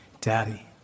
Daddy